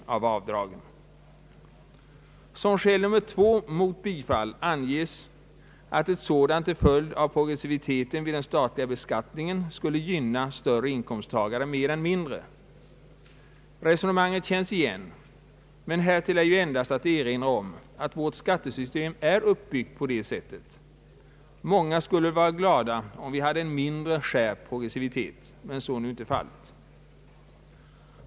Som skäl nr 2 mot bifall anges att ett sådant till följd av progressiviteten vid den statliga beskattningen skulle gynna större inkomsttagare mer än andra. Resonemanget känns igen, men härtill är ju endast att erinra om att vårt skattesystem är uppbyggt på det sättet. Många skulle vara glada, om vi hade en mindre skärpt progressivitet, men så är nu inte fallet.